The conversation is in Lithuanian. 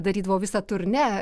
darydavo visa turnė